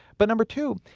but number two,